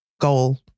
goal